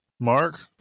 Mark